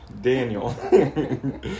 daniel